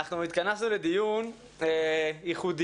אנחנו התכנסנו לדיון ייחודי,